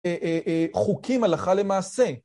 חוקים הלכה למעשה.